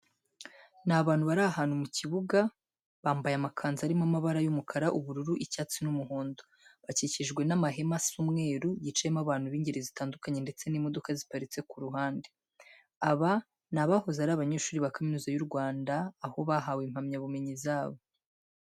Ni abantu bari ahantu mu kibuga, bambaye amakanzu arimo amabara y'umukara, ubururu, icyatsi n'umuhondo. Bakikijwe n'amahema asa umweru yicayemo abantu b'ingeri zitandukanye ndetse n'imodoka ziparitse ku ruhande. Aba ni abahoze ari abanyeshuri ba Kaminuza y'u Rwanda, aho bahawe impamyabumenyi zabo.